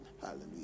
Hallelujah